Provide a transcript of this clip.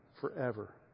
forever